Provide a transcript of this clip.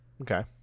Okay